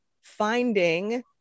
finding